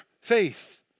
faith